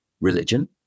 religion